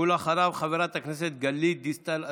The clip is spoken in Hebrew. ואחריו, חברת הכנסת גלית דיסטל אטבריאן.